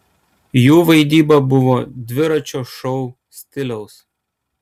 jų vaidyba buvo dviračio šou stiliaus